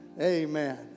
Amen